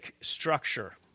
structure